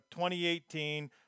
2018